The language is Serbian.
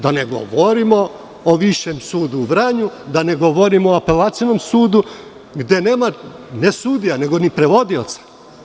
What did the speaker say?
Da ne govorimo o Višem sudu u Vranju, da ne govorimo o Apelacionom sudu gde nema ne sudija, nego i prevodioca.